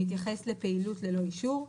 מתייחס לפעילות ללא אישור.